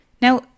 now